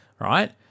right